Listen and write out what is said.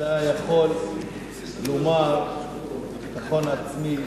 אתה יכול לומר בביטחון עצמי,